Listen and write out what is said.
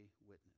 witness